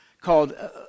called